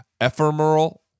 Ephemeral